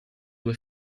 due